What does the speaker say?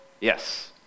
yes